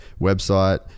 website